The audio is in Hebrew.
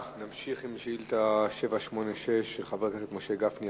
נמשיך עם שאילתא 786, של חבר הכנסת משה גפני: